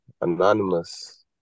Anonymous